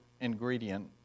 ingredient